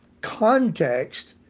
context